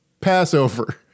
Passover